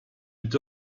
with